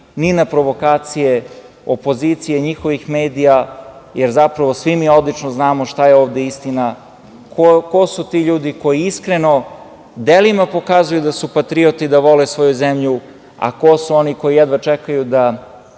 ni na provokacije opozicije i njihovih medija, jer zapravo svi mi odlično znamo šta je ovde istina, ko su ti ljudi koji iskreno i delima pokazuju da su patriote i da vole svoju zemlju, a ko su oni koji jedva čekaju da